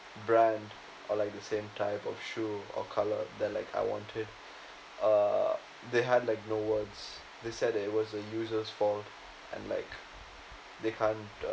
brand or like the same type of shoe or color that like I wanted uh they had like no words they said it was a user's fault and like they can't uh